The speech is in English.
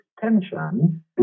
tension